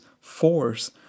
force